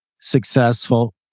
successful